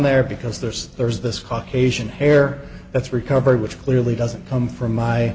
there because there's there's this caucasian hair that's recovered which clearly doesn't come from my